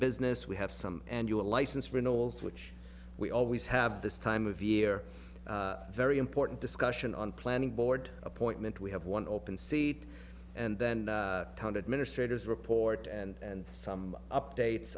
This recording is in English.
business we have some and you a license for noles which we always have this time of year very important discussion on planning board appointment we have one open seat and then administrator is report and some updates